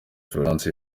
florence